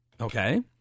Okay